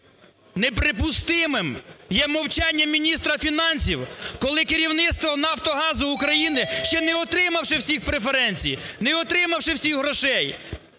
Неприпустимим є мовчання міністра фінансів, коли керівництво "Нафтогазу України", ще не отримавши всіх преференцій, не отримавши всіх грошей,